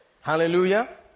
Hallelujah